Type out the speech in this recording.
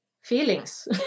feelings